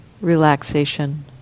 relaxation